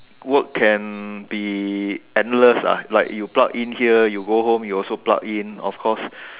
work can be endless ah like you plug in here you go home you also plug in of course